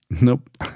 Nope